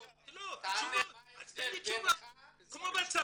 תענה מה ההבדל בינך --- כמו בצבא,